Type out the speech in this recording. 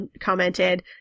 commented